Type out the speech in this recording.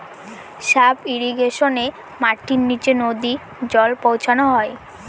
sub ইর্রিগেশনে মাটির নীচে নদী জল পৌঁছানো হয়